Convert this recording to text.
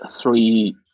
three